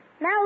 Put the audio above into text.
Now